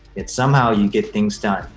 yet somehow you get things done.